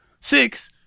Six